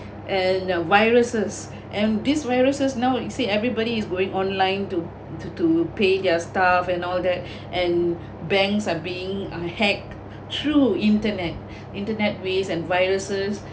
and the viruses and these viruses now you said everybody is going online to to to pay their stuff and all that and banks are being uh hack through internet internet ways and viruses